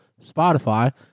Spotify